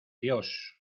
dios